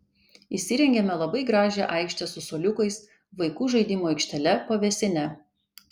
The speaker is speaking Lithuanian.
įsirengėme labai gražią aikštę su suoliukais vaikų žaidimų aikštele pavėsine